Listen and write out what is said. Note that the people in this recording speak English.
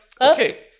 okay